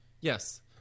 Yes